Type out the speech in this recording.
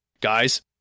Guys